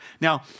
Now